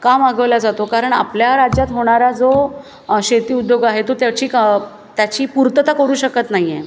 का मागवला जातो कारण आपल्या राज्यात होणारा जो शेती उद्योग आहे तो त्याची क् त्याची पूर्तता करू शकत नाही आहे